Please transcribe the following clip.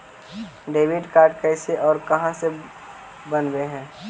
Debit card कैसे और कहां से बनाबे है?